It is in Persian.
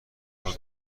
تان